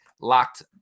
Locked